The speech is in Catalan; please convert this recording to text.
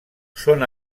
són